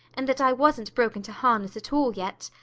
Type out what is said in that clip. and that i wasn't broken to harness at all yet.